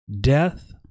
death